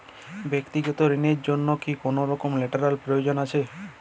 ব্যাক্তিগত ঋণ র জন্য কি কোনরকম লেটেরাল প্রয়োজন আছে?